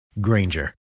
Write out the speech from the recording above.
Granger